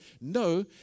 No